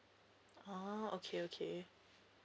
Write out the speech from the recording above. oh okay okay